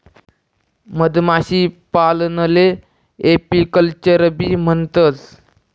मधमाशीपालनले एपीकल्चरबी म्हणतंस